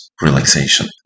relaxation